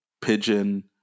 pigeon